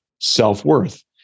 self-worth